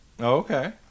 okay